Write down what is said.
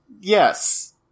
Yes